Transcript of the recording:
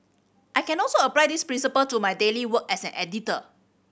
I can also apply this principle to my daily work as an editor